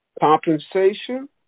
Compensation